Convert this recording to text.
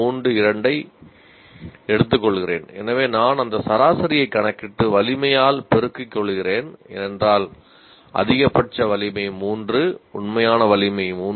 632 ஐ எடுத்துக்கொள்கிறேன் எனவே நான் அந்த சராசரியைக் கணக்கிட்டு வலிமையால் பெருக்கிக் கொள்கிறேன் ஏனெனில் அதிகபட்ச வலிமை 3 உண்மையான வலிமை 3